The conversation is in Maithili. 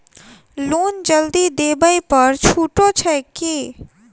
लोन जल्दी देबै पर छुटो छैक की?